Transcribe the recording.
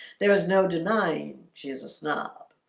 there was no denying she is a snob.